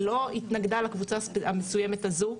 לא התנגדה לקבוצה המסוימת הזו,